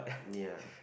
ya